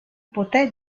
poté